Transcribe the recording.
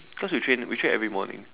cause we train we train every morning